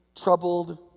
troubled